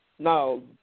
No